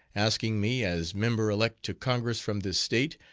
asking me, as member-elect to congress from this state,